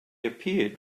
appeared